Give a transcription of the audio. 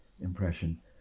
impression